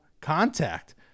contact